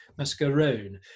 Mascaron